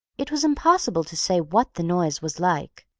it was impossible to say what the noise was like.